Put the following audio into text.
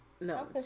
No